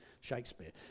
Shakespeare